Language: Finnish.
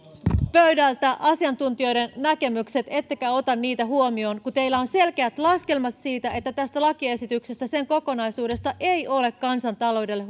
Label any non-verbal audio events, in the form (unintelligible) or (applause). pöydältä asiantuntijoiden näkemykset ettekä ota niitä huomioon kun teillä on selkeät laskelmat siitä että lakiesityksestä sen kokonaisuudesta ei ole kansantaloudelle (unintelligible)